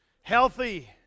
healthy